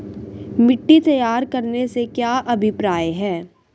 मिट्टी तैयार करने से क्या अभिप्राय है?